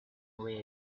away